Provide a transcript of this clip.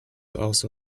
also